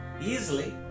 easily